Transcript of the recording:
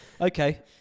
Okay